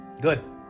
Good